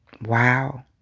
Wow